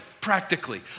practically